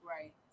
right